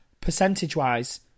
percentage-wise